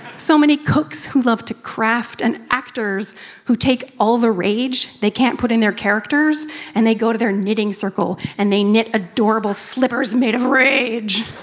so many cooks who love to craft, and actors who take all the rage they can't put in their characters and they go to their knitting circle and they knit adorable slippers made of rage.